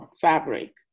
fabric